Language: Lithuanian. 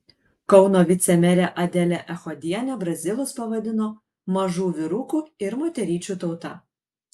kauno vicemerė adelė echodienė brazilus pavadino mažų vyrukų ir moteryčių tauta